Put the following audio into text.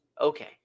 Okay